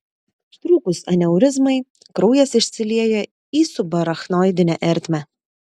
trūkus aneurizmai kraujas išsilieja į subarachnoidinę ertmę